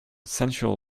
sensual